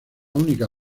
única